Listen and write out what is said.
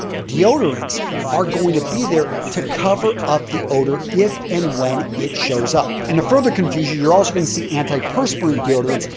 deodorants are going to be there to cover up the odor if and when it shows up. and to further confuse you, you're also going to see antiperspirant deodorants.